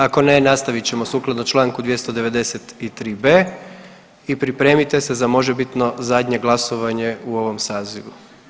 Ako ne, nastavit ćemo sukladno članku 293b. i pripremite se za možebitno zadnje glasovanje u ovom sazivu.